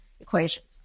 equations